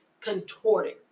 Contorted